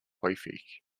häufig